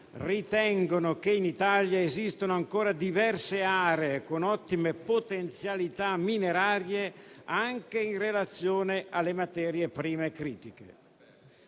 ritengono che nel Paese esistono ancora diverse aree con ottime potenzialità minerarie anche in relazione alle materie prime critiche.